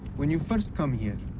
when you first come here,